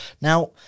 Now